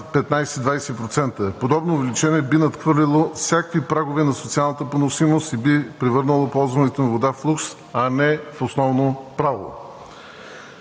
15 – 20%. Подобно увеличение би надхвърлило всякакви прагове на социалната поносимост и би превърнало ползването на вода в лукс, а не в основно право.